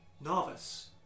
novice